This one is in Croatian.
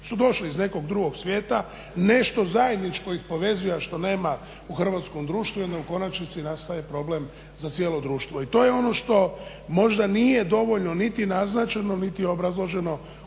su došli iz nekog drugog svijeta. Nešto zajedničko ih povezuje, a što nema u hrvatskom društvu i onda u konačnici nastaje problem za cijelo društvo. I to je ono što možda nije dovoljno niti naznačeno, niti obrazloženo